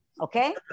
okay